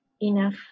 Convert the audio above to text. enough